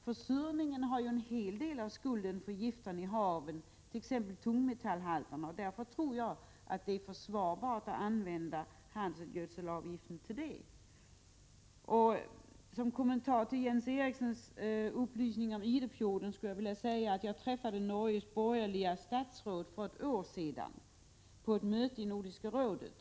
Försurningen har ju en stor del av skulden för gifterna i haven, t.ex. tungmetallhalterna. Därför anser jag det försvarbart att använda handelsgödselavgiften till detta ändamål. Som kommentar till Jens Erikssons upplysning om Idefjorden vill jag säga att jag i november 1985 träffade Norges borgerliga statsråd för miljöärenden på ett möte i Nordiska rådet.